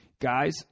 Guys